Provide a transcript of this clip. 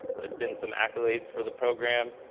there've been some accolades for the program.